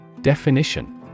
Definition